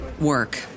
work